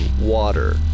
water